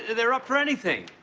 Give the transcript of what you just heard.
they are up for anything.